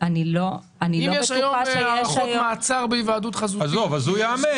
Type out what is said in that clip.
אם יש היום הארכות מעצר בהיוועדות חזותית --- אז הוא יאמץ,